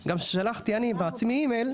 גם שלחתי אני בעצמי אימייל,